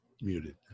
muted